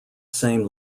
same